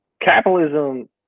capitalism